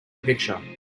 picture